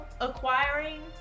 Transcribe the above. Acquiring